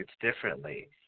differently